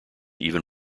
even